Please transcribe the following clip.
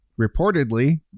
Reportedly